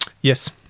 Yes